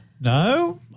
no